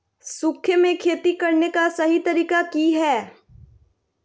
सूखे में खेती करने का सही तरीका की हैय?